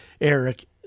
Eric